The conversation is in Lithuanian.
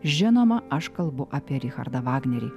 žinoma aš kalbu apie richardą vagnerį